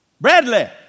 Bradley